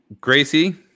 Gracie